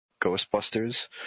ghostbusters